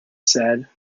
said